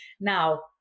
now